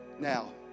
now